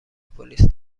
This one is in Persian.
پلیس